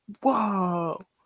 whoa